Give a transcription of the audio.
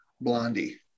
Blondie